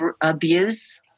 abuse